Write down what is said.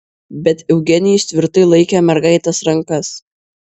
bet eugenijus tvirtai laikė mergaitės rankas